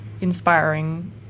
inspiring